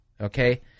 okay